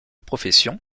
profession